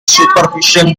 superficial